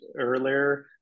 earlier